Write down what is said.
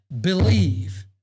believe